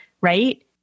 Right